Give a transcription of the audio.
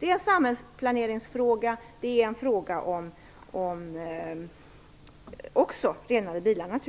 Det är en samhällsplaneringsfråga, det är naturligtvis en fråga om renare bilar, och